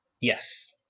Yes